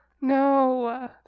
No